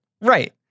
Right